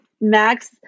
max